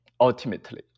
ultimately